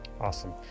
awesome